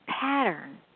pattern